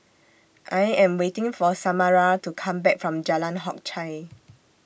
I Am waiting For Samara to Come Back from Jalan Hock Chye